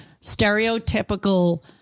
stereotypical